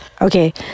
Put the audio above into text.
Okay